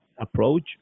approach